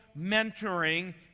mentoring